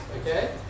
okay